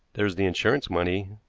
there is the insurance money,